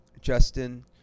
Justin